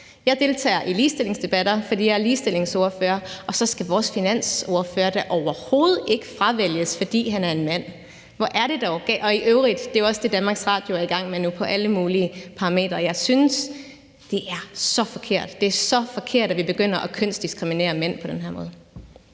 Jeg deltager i ligestillingsdebatter, fordi jeg er ligestillingsordfører, og så skal vores finansordfører da overhovedet ikke fravælges, fordi han er en mand. Og det er i øvrigt også det, som DR er i gang med netop nu på alle mulige parametre. Jeg synes, det er så forkert. Det er så forkert, at vi begynder at kønsdiskriminere mænd på den her måde.